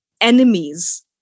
enemies